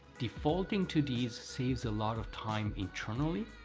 defaulting to these saves a lot of time internally,